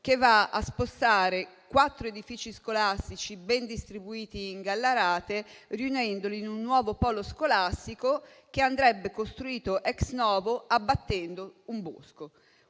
che va a spostare quattro edifici scolastici ben distribuiti in Gallarate, riunendoli in un nuovo polo scolastico che andrebbe costruito *ex novo* abbattendo un bosco.